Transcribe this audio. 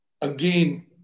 Again